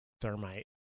thermite